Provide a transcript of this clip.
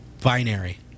binary